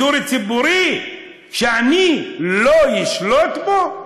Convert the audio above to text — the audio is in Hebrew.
אני אקים תאגיד שידור ציבורי שאני לא אשלוט בו?